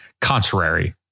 contrary